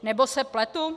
Nebo se pletu?